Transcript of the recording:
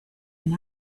and